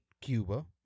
Cuba